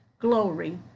glory